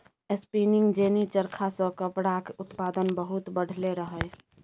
spinning jenny चरखा सँ कपड़ाक उत्पादन बहुत बढ़लै रहय